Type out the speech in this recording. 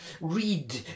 read